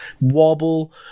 wobble